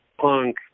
punk